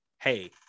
hey